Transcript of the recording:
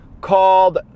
called